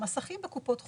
מסכים בקופות חולים.